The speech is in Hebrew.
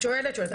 את שואלת, שואלת.